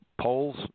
Polls